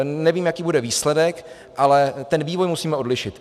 Nevím, jaký bude výsledek, ale ten vývoj musíme odlišit.